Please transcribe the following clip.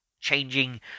changing